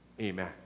Amen